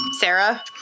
Sarah